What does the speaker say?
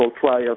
trial